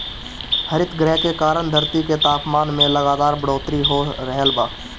हरितगृह के कारण धरती के तापमान में लगातार बढ़ोतरी हो रहल बा